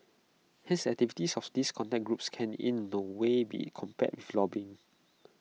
hence the activities of these contact groups can in no way be compared with lobbying